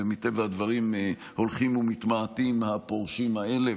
מטבע הדברים הולכים ומתמעטים הפורשים האלה,